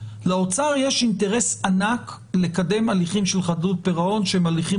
לאוצר יש אינטרס ענק לקדם הליכים של חדלות פירעון שהם הליכים